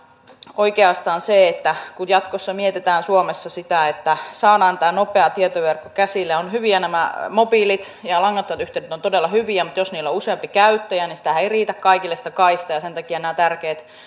oikeastaan kun jatkossa mietitään suomessa sitä että saadaan tämä nopea tietoverkko käsille nämä mobiilit ja ja langattomat yhteydet ovat todella hyviä mutta jos niillä on useampi käyttäjä niin sitä kaistaahan ei riitä kaikille ja sen takia